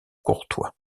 courtois